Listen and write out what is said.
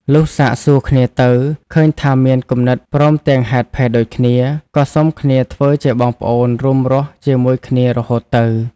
លុះសាកសួរគ្នាទៅ ឃើញថាមានគំនិតព្រមទាំងហេតុភេទដូចគ្នា ក៏សុំគ្នាធ្វើជាបងប្អូនរួមរស់ជាមួយគ្នា រហូតទៅ។